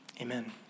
amen